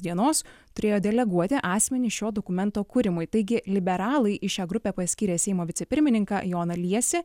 dienos turėjo deleguoti asmenį šio dokumento kūrimui taigi liberalai į šią grupę paskyrė seimo vicepirmininką joną liesį